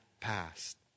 past